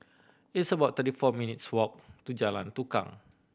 it's about thirty four minutes' walk to Jalan Tukang